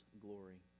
glory